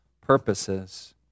purposes